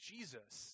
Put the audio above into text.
Jesus